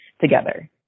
together